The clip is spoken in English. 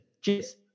Cheers